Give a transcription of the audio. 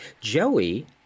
Joey